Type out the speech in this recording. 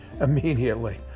immediately